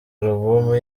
alubumu